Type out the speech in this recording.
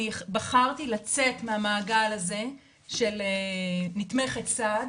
אני בחרתי לצאת מהמעגל הזה של נתמכת סעד